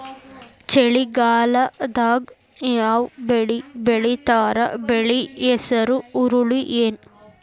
ಚಳಿಗಾಲದಾಗ್ ಯಾವ್ ಬೆಳಿ ಬೆಳಿತಾರ, ಬೆಳಿ ಹೆಸರು ಹುರುಳಿ ಏನ್?